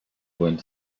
wind